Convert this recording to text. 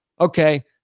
okay